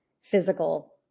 physical